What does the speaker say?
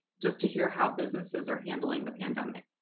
just to hear how businesses are handling the pandemic.